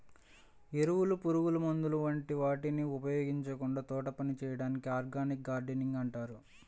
ఎరువులు, పురుగుమందుల వంటి వాటిని ఉపయోగించకుండా తోటపని చేయడాన్ని ఆర్గానిక్ గార్డెనింగ్ అంటారు